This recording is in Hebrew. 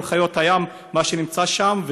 כל חיות הים שנמצאות שם,